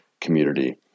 community